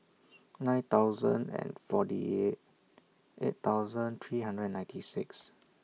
nine thousand and forty eight eight thousand three hundred ninety six